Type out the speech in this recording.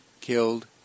killed